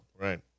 Right